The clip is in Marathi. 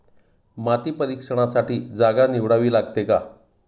माती परीक्षणासाठी जागा निवडावी लागते का?